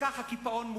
וככה הקיפאון מובטח.